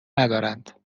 ندارند